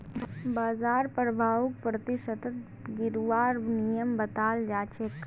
बाजार प्रभाउक प्रतिशतत गिनवार नियम बताल जा छेक